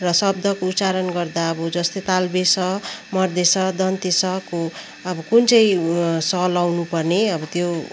र शब्दको उच्चारण गर्दा अब जस्तै तालबेस मर्देस दन्तेस को अब कुन चाहिँ स लाउनु पर्ने अब त्यो